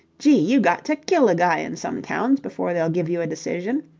gee! you got to kill a guy in some towns before they'll give you a decision.